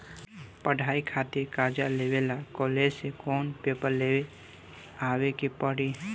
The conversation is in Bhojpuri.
पढ़ाई खातिर कर्जा लेवे ला कॉलेज से कौन पेपर ले आवे के पड़ी?